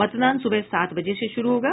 मतदान सुबह सात बजे से शुरू होगा